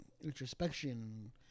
introspection